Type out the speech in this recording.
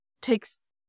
takes